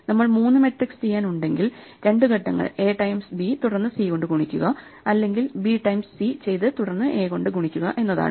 നമ്മൾ മൂന്നു മെട്രിക്സ് ചെയ്യാൻ ഉണ്ടെങ്കിൽ രണ്ടു ഘട്ടങ്ങൾ എ ടൈംസ് ബി തുടർന്ന് സി കൊണ്ട് ഗുണിക്കുക അല്ലെങ്കിൽ ബി ടൈംസ് സി ചെയ്ത് തുടർന്ന് എ കൊണ്ട് ഗുണിക്കുക എന്നതാണ്